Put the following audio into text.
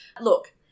Look